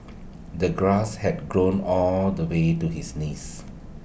the grass had grown all the way to his knees